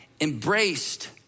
embraced